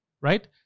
right